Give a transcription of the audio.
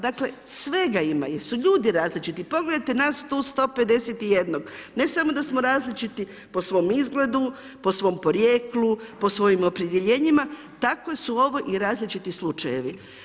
Dakle svega ima jer su ljudi različiti, pogledajte nas tu 151, ne samo da smo različiti po svom izgledu, po svom porijeklu, po svojim opredijeljenima, tako su ovo i različiti slučajevi.